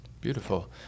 Beautiful